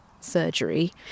surgery